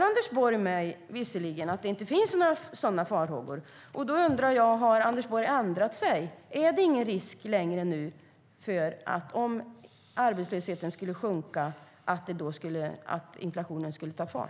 Anders Borg svarar visserligen mig att det inte finns några sådana farhågor. Har Anders Borg ändrat sig? Är det inte längre någon risk att inflationen tar fart om arbetslösheten sjunker?